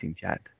chat